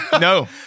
no